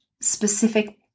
specific